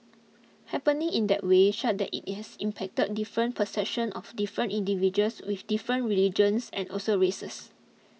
happening in that way such that it has impacted different perceptions of different individuals with different religions and also races